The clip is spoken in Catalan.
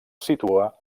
situa